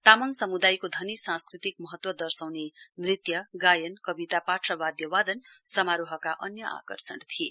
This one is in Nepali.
तामङ समुदायको धनी संस्कृतिक महत्व दर्शाउने नृत्यगायना कविता पाठ र वाद्य वादन समारोह का अन्य आर्षण थिए